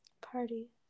Party